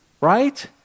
right